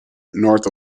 north